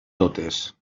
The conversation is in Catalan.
totes